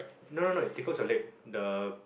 no no no it tickles your leg the